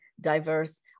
diverse